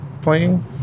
playing